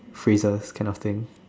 freezes kind of thing